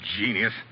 Genius